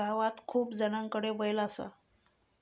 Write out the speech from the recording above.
गावात खूप कमी जणांकडे बैल असा